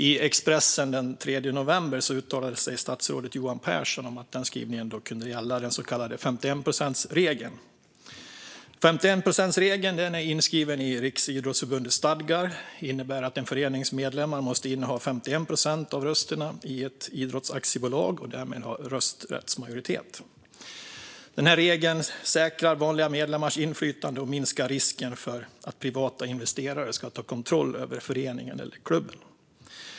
I Expressen den 3 november uttalade sig statsrådet Johan Pehrson om att skrivningen kunde gälla den så kallade 51-procentsregeln, som är inskriven i Riksidrottsförbundets stadgar och som innebär att en förenings medlemmar måste inneha 51 procent av rösterna i ett idrottsaktiebolag och därmed ha rösträttsmajoritet. Regeln säkrar vanliga medlemmars inflytande och minskar risken för att privata investerare ska ta kontroll över föreningen eller klubben.